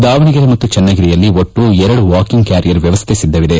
ದಾವಣಗೆರೆ ಮತ್ತು ಚನ್ನಗರಿಯಲ್ಲಿ ಒಟ್ಟು ಎರಡು ವಾಕಿಂಗ್ ಕ್ಯಾರಿಯರ್ ವ್ಯವಸ್ಥೆ ಸಿದ್ದವಿದೆ